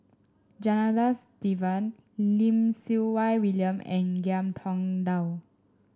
Janadas Devan Lim Siew Wai William and Ngiam Tong Dow